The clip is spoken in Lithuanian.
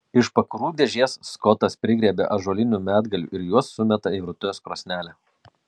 iš pakurų dėžės skotas prigriebia ąžuolinių medgalių ir juos sumeta į virtuvės krosnelę